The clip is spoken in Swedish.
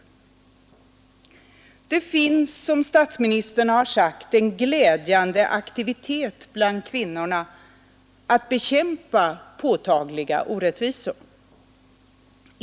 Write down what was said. Det finns som statsministern har sagt en glädjande aktivitet bland kvinnorna att bekämpa påtagliga orättvisor.